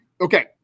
Okay